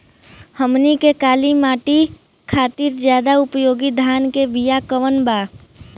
हमनी के काली माटी खातिर ज्यादा उपयोगी धान के बिया कवन बा?